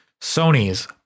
Sony's